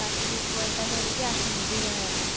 passbook ବହିଟା ଧରିକି ଆସନ୍ତୁ ଦୁଇଜଣ ଯାକ